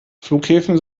flughäfen